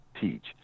teach